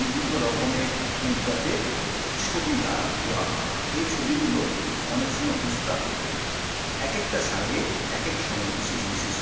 বিভিন্ন রকমের মুদ্রাতে ছবি দায়া দেওয়া হয় এই ছবিগুলো অনেক সময় দুষ্প্রাপ্য হয়ে যায় এক একটা সালে এক একটা সময় বিশেষ বিশেষ